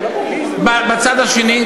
בצד השני,